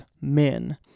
men